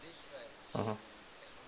mmhmm